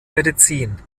medizin